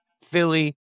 Philly